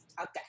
Okay